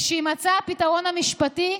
ושיימצא הפתרון המשפטי,